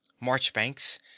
marchbanks